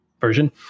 version